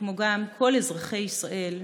כמו גם כל אזרחי ישראל,